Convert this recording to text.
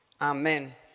Amen